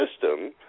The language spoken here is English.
system